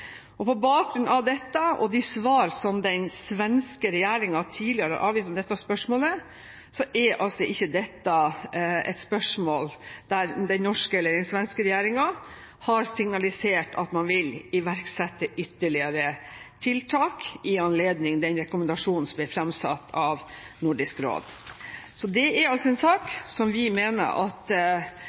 På bakgrunn av dette og de svar som den svenske regjeringen tidligere har avgitt om dette spørsmålet, er ikke dette et spørsmål der den norske eller den svenske regjeringen har signalisert at man vil iverksette ytterligere tiltak i anledning den rekommendasjonen som ble fremsatt av Nordisk råd. Så dette er en sak hvor vi mener at